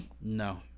No